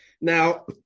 Now